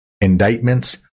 Indictments